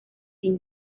sin